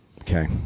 Okay